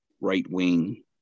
right-wing